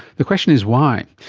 the question is why.